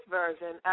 version